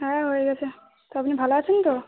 হ্যাঁ হয়ে গেছে তা আপনি ভালো আছেন তো